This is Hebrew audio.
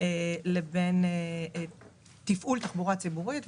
לבין תפעול תחבורה ציבורית.